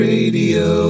Radio